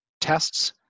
tests